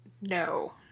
No